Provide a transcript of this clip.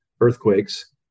earthquakes